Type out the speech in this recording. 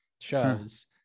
shows